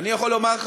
אני יכול לומר לך,